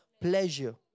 pleasure